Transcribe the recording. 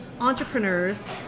entrepreneurs